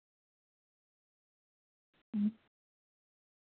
ᱦᱩᱸ